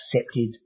accepted